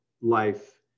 life